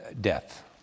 Death